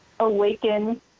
awaken